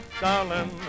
darling